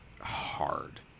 hard